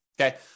Okay